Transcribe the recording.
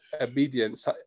obedience